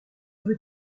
veux